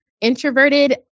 Introverted